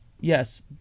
Yes